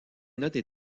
notes